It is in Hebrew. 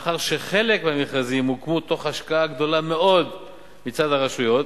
ומאחר שחלק מהמרכזים הוקמו תוך השקעה גדולה מאוד מצד הרשויות,